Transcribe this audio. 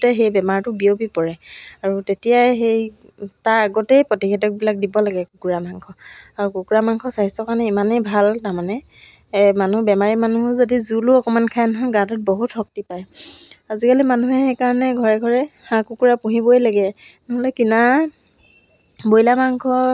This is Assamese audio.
তাৰপিছত মই নিজৰ খৰচবিলাক নিজে উলিয়াবলৈ মাহঁতকনো ডাঙৰ হৈ আহিছোঁ কিমান পইচা পাতি খুজি থাকিম ইফালে গ'লে সিফালে গ'লে প্ৰত্যেকটো ক্ষেত্ৰতে মাক খুজি থাকিবলৈ বয়স বাঢ়ি অহাৰ লগে লগে লাজ লাগে নহ্ ত' মই নিজেই আৰু অৰ্ডাৰ ল'বলৈ ল'লোঁ তেতিয়াতো মোৰ